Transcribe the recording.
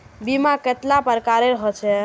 बीमा कतेला प्रकारेर होचे?